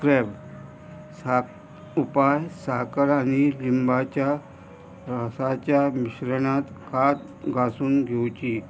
crab सा उपाय साकर आनी लिंबाच्या रसाच्या मिश्रणांत कात घासून घेवची